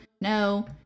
no